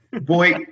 Boy